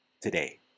Today